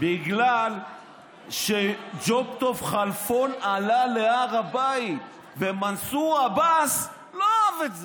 בגלל שג'וב טוב כלפון עלה להר הבית ומנסור עבאס לא אהב את זה,